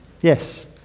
Yes